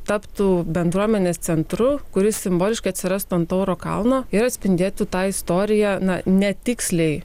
taptų bendruomenės centru kuris simboliškai atsirastų ant tauro kalno ir atspindėtų tą istoriją na ne tiksliai